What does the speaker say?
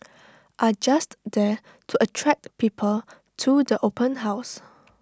are just there to attract people to the open house